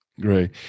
Great